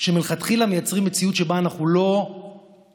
שמלכתחילה מייצרים מציאות שבה אנחנו לא יכולים